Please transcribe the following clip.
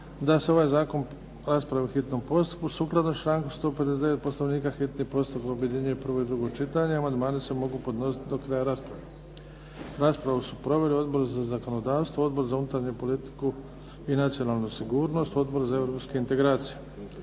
da se ovaj zakon raspravi u hitnom postupku. Sukladno sa člankom 159. Poslovnika hitni postupak objedinjuje prvo i drugo čitanje. Amandmani se mogu podnositi do kraja rasprave. Raspravu su proveli Odbor za zakonodavstvo, Odbor za unutarnju politiku i nacionalnu sigurnost, Odbor za europske integracije.